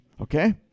Okay